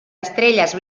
estrelles